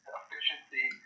efficiency